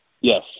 yes